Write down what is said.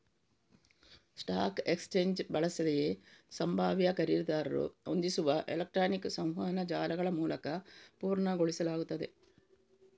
stock exchange ಬಳಸದೆಯೇ ಸಂಭಾವ್ಯ ಖರೀದಿದಾರರು ಹೊಂದಿಸುವ ಎಲೆಕ್ಟ್ರಾನಿಕ್ ಸಂವಹನ ಜಾಲಗಳಮೂಲಕ ಪೂರ್ಣಗೊಳಿಸಲಾಗುತ್ತದೆ